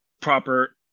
proper